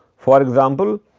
for example,